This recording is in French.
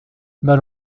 mal